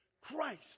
Christ